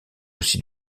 aussi